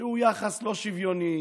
שהוא יחס לא שוויוני.